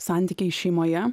santykiai šeimoje